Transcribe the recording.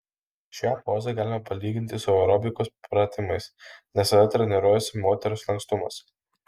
šią pozą galima palyginti su aerobikos pratimais nes tada treniruojasi moters lankstumas